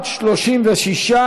התשע"ו 2016,